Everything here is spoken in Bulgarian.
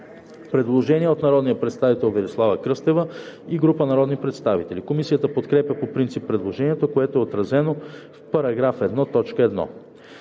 предложение от народния представител Велислава Кръстева и група народни представители. Комисията подкрепя по принцип предложението, което е отразено в § 1, т. 1.